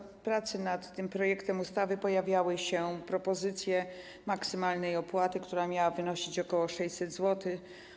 W trakcie pracy nad tym projektem ustawy pojawiały się propozycje maksymalnej opłaty, która miała wynosić ok. 600 zł.